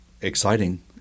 exciting